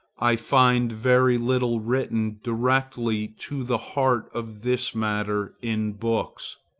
i find very little written directly to the heart of this matter in books.